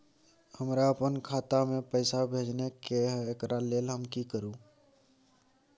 हमरा अपन खाता में पैसा भेजय के है, एकरा लेल हम की करू?